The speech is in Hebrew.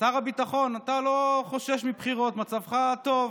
שר הביטחון, אתה לא חושש מבחירות, מצבך טוב.